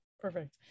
Perfect